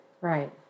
Right